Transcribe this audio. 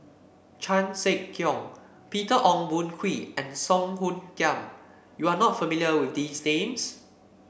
Chan Sek Keong Peter Ong Boon Kwee and Song Hoot Kiam you are not familiar with these names